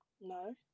No